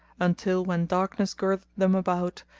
until, when darkness girdeth them about,